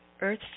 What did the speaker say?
Earth